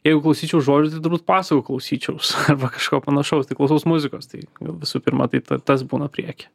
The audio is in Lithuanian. jeigu klausyčiau žodžius tai turbūt pasakų klausyčiaus arba kažko panašaus tai klausaus muzikos tai visų pirma tai tai tas būna priekyje